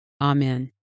Amen